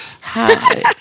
hi